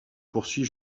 poursuit